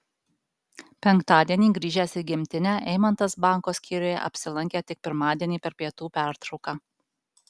penktadienį grįžęs į gimtinę eimantas banko skyriuje apsilankė tik pirmadienį per pietų pertrauką